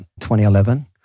2011